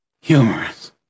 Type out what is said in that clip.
Humorous